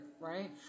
right